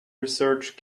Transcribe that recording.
research